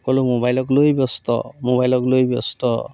সকলো মোবাইলক লৈ ব্যস্ত মোবাইলক লৈ ব্যস্ত